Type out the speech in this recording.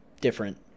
different